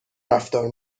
رفتار